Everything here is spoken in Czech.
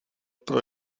pro